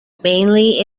mainly